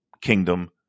Kingdom